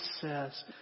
says